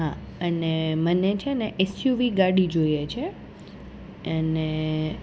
હા અને મને છે ને એસયુવી ગાડી જોઈએ છે અને